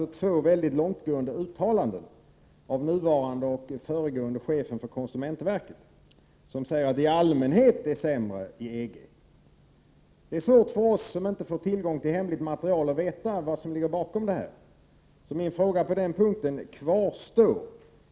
Här finns två mycket långtgående uttalanden av nuvarande och föregående chefen för konsumentverket. De säger att det i allmänhet är sämre bestämmelser i EG. Det är svårt för oss som inte får tillgång till hemligt material att veta vad som ligger bakom detta. Min fråga på den punkten kvarstår.